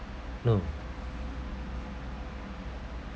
no